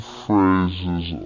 phrases